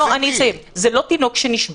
זה לא תינוק שנשבה.